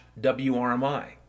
WRMI